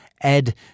Ed